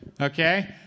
okay